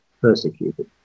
persecuted